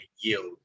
yield